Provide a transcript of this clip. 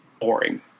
boring